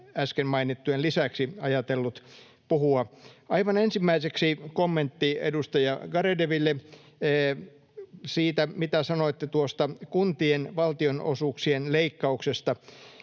äsken mainittujen lisäksi tässä ajatellut puhua. Aivan ensimmäiseksi kommentti edustaja Garedewille siitä, mitä sanoitte tuosta kun-tien valtionosuuksien leikkauksesta.